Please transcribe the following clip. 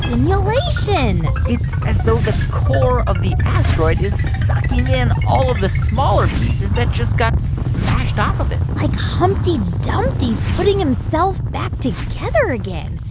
simulation it's as though the core of the asteroid is sucking in all of the smaller pieces that just got smashed off a bit like humpty dumpty putting himself back together again.